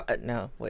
no